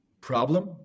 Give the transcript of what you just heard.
problem